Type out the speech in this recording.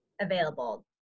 available